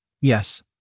Yes